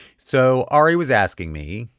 so ari was asking me.